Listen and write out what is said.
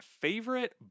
favorite